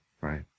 Right